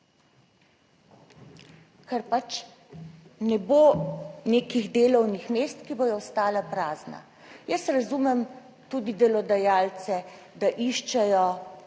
ker ne bo nekih delovnih mest, ki bodo ostala prazna. Jaz razumem tudi delodajalce, da iščejo